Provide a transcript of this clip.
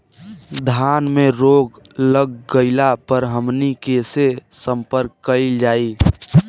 धान में रोग लग गईला पर हमनी के से संपर्क कईल जाई?